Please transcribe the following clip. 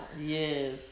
Yes